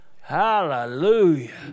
Hallelujah